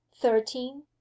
thirteen